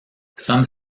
some